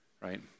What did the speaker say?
right